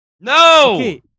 No